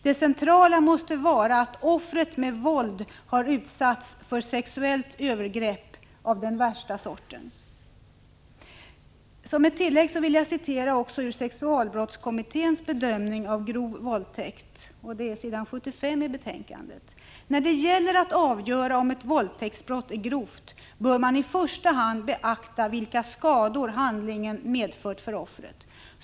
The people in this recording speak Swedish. Det centrala måste vara att offret med våld har utsatts för sexuellt övergrepp av den värsta sorten. Som ett tillägg vill jag citera sexualbrottskommitténs bedömning av grov våldtäkt. Uttalandet står på s. 75 i utredningens betänkande: ”När det gäller att avgöra om ett våldtäktsbrott är grovt bör man i första hand beakta vilka skador handlingen medfört för offret.